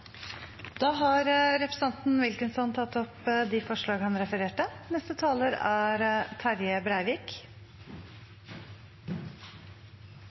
Da har representanten Nicholas Wilkinson tatt opp det forslaget han refererte til. I eit liberalt samfunn er